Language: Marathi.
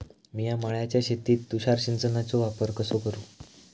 मिया माळ्याच्या शेतीत तुषार सिंचनचो वापर कसो करू?